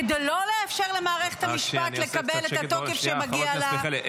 כדי לא לאפשר למערכת המשפט לקבל את התוקף שמגיע לה.